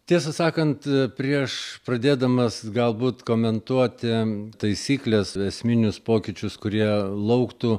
tiesą sakant prieš pradėdamas galbūt komentuoti taisykles esminius pokyčius kurie lauktų